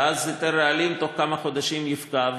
ואז היתר הרעלים בתוך כמה חודשים יפקע,